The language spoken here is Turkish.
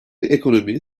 ekonomi